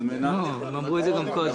הם אמרו את זה גם קודם.